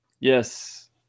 Yes